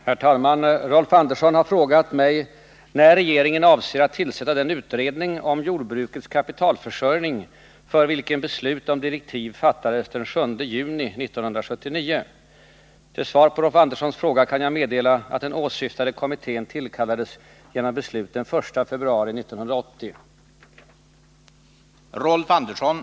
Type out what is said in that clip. Herr talman! Rolf Andersson har frågat mig när regeringen avser att tillsätta den utredning om jordbrukets kapitalförsörjning för vilken beslut om direktiv fattades den 7 juni 1979. Till svar på Rolf Anderssons fråga kan jag meddela att den åsyftade kommittén tillkallades genom beslut den 1 februari 1980.